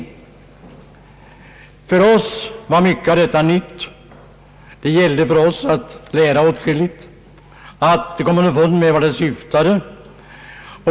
För oss var mycket av detta nytt. Det gällde för oss att lära åtskilligt och att komma underfund med vart förslagen syftade.